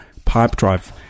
Pipedrive